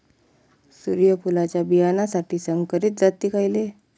सूर्यफुलाच्या बियानासाठी संकरित जाती खयले?